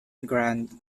grand